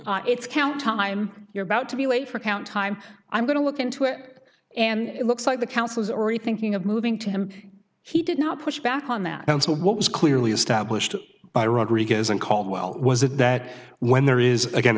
cell it's count time you're about to be late for count time i'm going to look into it and it looks like the council is already thinking of moving to him he did not push back on that and so what was clearly established by rodriguez and caldwell was it that when there is again